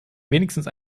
wenigstens